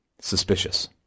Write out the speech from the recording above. suspicious